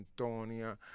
Antonia